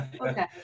Okay